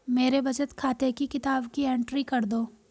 मेरे बचत खाते की किताब की एंट्री कर दो?